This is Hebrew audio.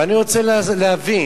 ואני רוצה להבין,